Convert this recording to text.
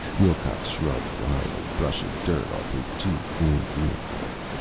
wilcox shrugged wryly, brushing dirt off his too-clean uniform.